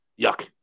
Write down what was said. Yuck